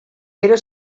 era